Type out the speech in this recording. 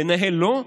לנהל לא,